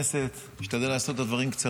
כל כך חשוב לעם ישראל